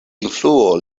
influo